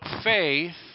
faith